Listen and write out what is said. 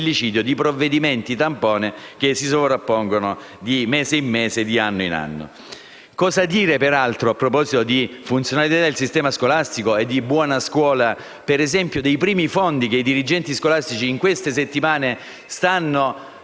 di provvedimenti tampone, che si sovrappongono di mese e mese e di anno in anno. Cosa dire, peraltro, a proposito di funzionalità del sistema scolastico e di buona scuola, dei primi fondi che i dirigenti scolastici stanno